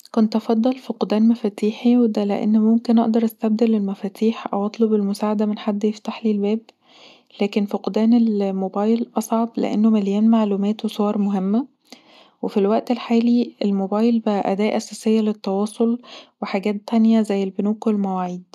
كنت هفضل فقدان مفاتيحي وده لأن ممكن استبدل المفاتيح او اطلب المساعده من حد يفتحلي الباب، لكن فقدان الموبايل أصعب لأنه مليان معلومات وصور مهمه، وفي الوقت الحالي الموبايل بقي أداه اساسيه للتواصل وحاجات تانيه زي البنوك والمواعيد